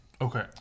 Okay